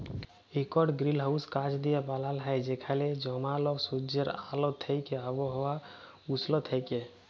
ইকট গিরিলহাউস কাঁচ দিঁয়ে বালাল হ্যয় যেখালে জমাল সুজ্জের আল থ্যাইকে আবহাওয়া উস্ল থ্যাইকে